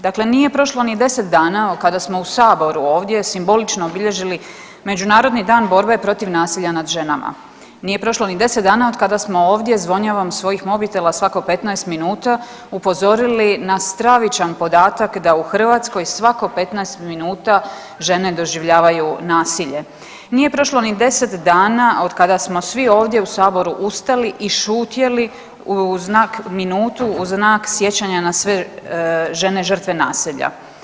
Dakle, nije prošlo ni deset dana kada smo u Saboru ovdje simbolično obilježili Međunarodni dan borbe protiv nasilja nad ženama, nije prošlo ni deset dana od kada smo ovdje zvonjavom svojih mobitela svako 15 minuta upozorili na stravičan podatak da u Hrvatskoj svako 15 minuta žene doživljavaju nasilje, nije prošlo ni deset dana od kada smo svi ovdje u Saboru ustali i šutjeli minutu u znak sjećanja na sve žene žrtve nasilja.